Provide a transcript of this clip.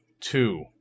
two